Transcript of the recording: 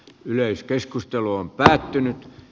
yleiskeskustelu on päättynyt